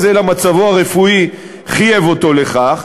אלא מצבו הרפואי חייב אותו לכך.